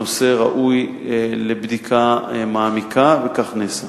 הנושא ראוי לבדיקה מעמיקה, וכך נעשה.